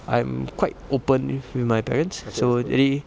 I'm quite open if we my parents so lately